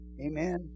Amen